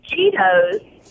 Cheetos